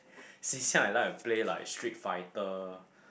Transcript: since young I like to play like street fighter